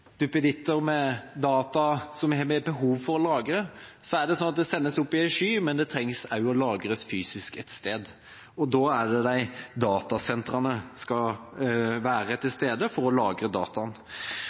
verden med duppeditter med data som vi har behov for å lagre, er det sånn at dataene sendes opp i en sky, men de trenger også å bli lagret fysisk et sted. Da skal datasentrene være der for å lagre dataene.